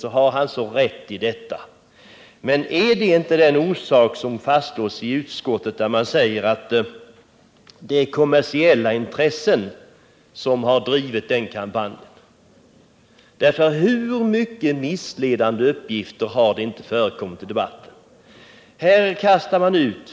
Men är inte orsaken till detta just vad som fastslås i utskottsbetänkandet, nämligen att kommersiella intressen har drivit en kampanj? Hur många missledande uppgifter har inte förekommit i debatten?